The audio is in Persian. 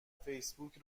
فیسبوک